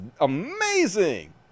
amazing